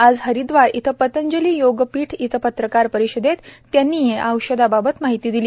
आज हरिदवार इथं पतंजली योग पीठ इथं पत्रकार परिषदेत त्यांनी या औषधांबाबत माहिती दिली